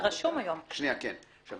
זה מסתדר עם מה שאמרה